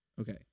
okay